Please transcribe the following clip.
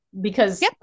because-